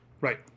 Right